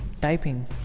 typing